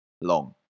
long